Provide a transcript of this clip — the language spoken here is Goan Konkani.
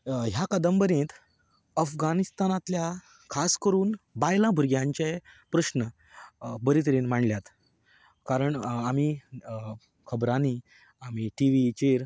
ह्या कादंबरींत अफगानिस्तांतल्या खास करून बायलां भुरग्यांचे प्रस्न बरे तरेन मांडल्यात कारण आमी खबरांनी आमी टि वीचेर